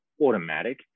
automatic